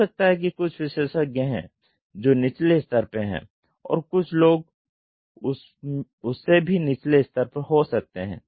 हो सकता है कि कुछ विशेषज्ञ हैं जो निचले स्तर पर हैं और कुछ लोग उससे भी निचले स्तर पर हो सकते हैं